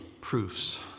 proofs